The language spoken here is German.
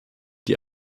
die